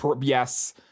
yes